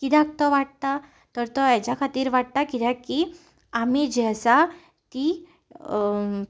कित्याक तो वाडटा तर तो हेज्या खातीर वाडटा कित्याक की आमी जे आसा की